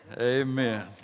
Amen